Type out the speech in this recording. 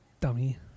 dummy